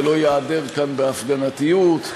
ולא ייעדר מכאן בהפגנתיות.